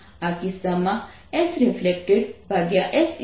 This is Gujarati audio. આ કિસ્સામાં SreflectedSincidentn1 n2n1n22 છે જે 1